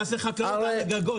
תעשה חקלאות על הגגות.